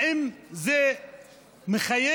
האם זה מחייב,